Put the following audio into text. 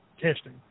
testing